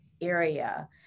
area